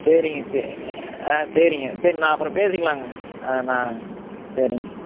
சரிங்க சேர் ஆ சரிங்க சரி நான் அப்புறம் பேசிக்கலாம்ங்க ஆ நான் சரிங்க